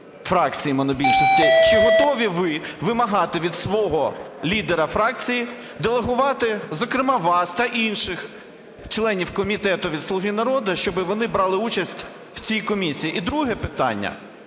фракції монобільшості, чи готові ви вимагати від свого лідера фракції делегувати, зокрема вас та інших членів комітету від "Слуги народу", щоб вони брали участь в цій комісії? І друге питання.